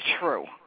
true